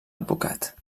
advocat